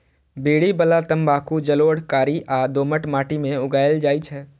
बीड़ी बला तंबाकू जलोढ़, कारी आ दोमट माटि मे उगायल जाइ छै